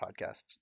podcasts